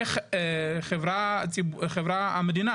איך המדינה,